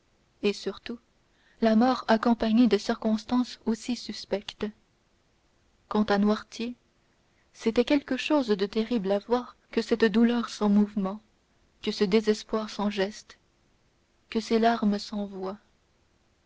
et surtout la mort accompagnée de circonstances aussi suspectes quant à noirtier c'était quelque chose de terrible à voir que cette douleur sans mouvement que ce désespoir sans gestes que ces larmes